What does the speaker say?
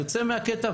יוצא מהקטע,